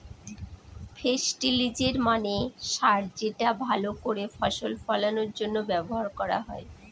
ফেস্টিলিজের মানে সার যেটা ভাল করে ফসল ফলানোর জন্য ব্যবহার করা হয়